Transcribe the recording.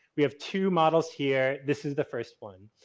we have two models here. this is the first one.